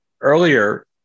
Earlier